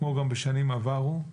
כמו גם בשנים עברו.